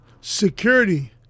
security